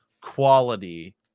quality